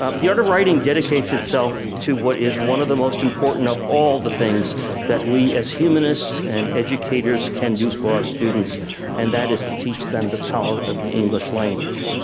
um the art of writing dedicates itself to what is one of the most important of all the thing that we as humanists and educators can do for our students and that is to teach them the power of the english language.